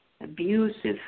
abusive